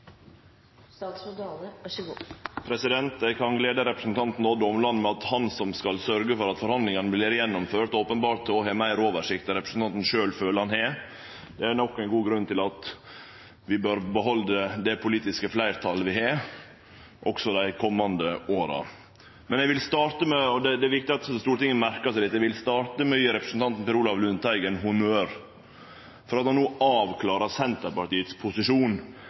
Eg kan glede representanten Odd Omland med at han som skal sørgje for at forhandlingane vert gjennomførte, openbert har meir oversikt enn representanten sjølv føler han har. Det er nok ein god grunn til at vi bør behalde det politiske fleirtalet vi har også dei komande åra. Men eg vil starte med – og det er viktig at Stortinget merkar seg dette – å gje representanten Per Olaf Lundteigen honnør for at han no avklarar Senterpartiets posisjon